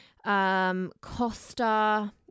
Costa